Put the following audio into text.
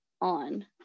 on